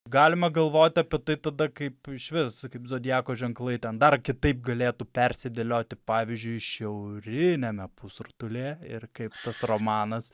galima galvoti apie tai tada kaip išvis kaip zodiako ženklai ten dar kitaip galėtų persidėlioti pavyzdžiui šiauriniame pusrutulyje ir kaip tas romanas